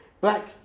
Black